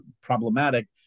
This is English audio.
problematic